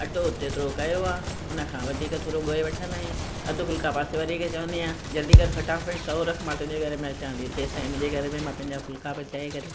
अटो तेतिरो कयो आहे उनखां वधीक थोरो ॻोए वठंदा आहियूं अधु फुल्का पासे वारीअ खे चवंदी आहियां जल्दी कर फ़टाफ़टु तओ रख मां तुंहिंजे घर में अचां थी जैसीतईं मुंहिंजे घर में मां पंहिंजा फुल्का पचाए करे